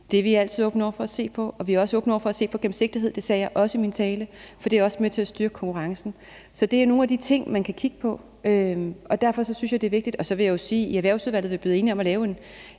Det er vi altid åbne over for at se på, og vi er også åbne over for at se på gennemsigtigheden, og det sagde jeg også i min tale. For det er også med til at styrke konkurrencen. Så det er nogle af de ting, man kan kigge på, og derfor synes jeg også, det er vigtigt. Så vil jeg også sige, at vi i Erhvervsudvalget er blevet enige om at lave en